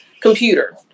computer